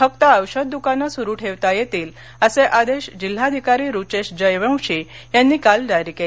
फक्त औषध दुकानं सुरू ठेवता येतील असे आदेश जिल्हाधिकारी रूचेश जयवंशी यांनी काल जारी केले